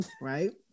Right